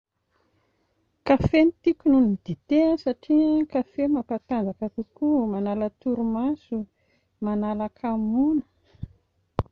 Kafe no tiako noho ny dite satria kafe mampatanjaka kokoa, manala torimaso, manala hakamoana